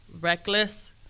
reckless